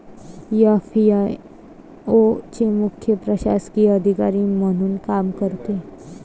FAO चे मुख्य प्रशासकीय अधिकारी म्हणून काम करते